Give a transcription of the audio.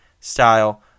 style